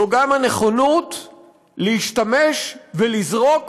זו גם הנכונות להשתמש ולזרוק